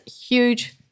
huge